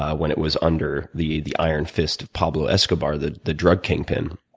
ah when it was under the the iron fist of pablo escabar, the the drug kingpin.